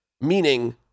meaning